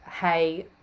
hey